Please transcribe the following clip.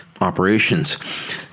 operations